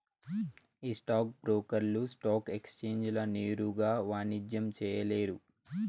ఈ స్టాక్ బ్రోకర్లు స్టాక్ ఎక్సేంజీల నేరుగా వాణిజ్యం చేయలేరు